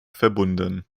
verbunden